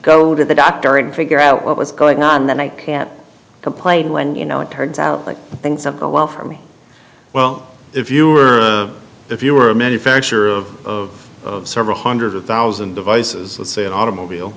go to the doctor and figure out what was going on that i can't complain when you know it turns out like things up go well for me well if you are if you are a manufacturer of several hundred thousand devices let's say an automobile